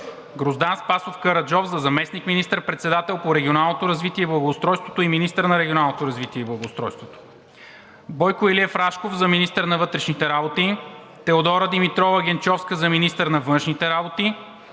Гроздан Спасов Караджов – за заместник министър-председател по регионалното развитие и благоустройството и министър на регионалното развитие и благоустройството; Бойко Илиев Рашков – за министър на вътрешните работи; Теодора Димитрова Генчовска – за министър на външните работи;